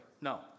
No